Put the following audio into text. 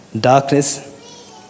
darkness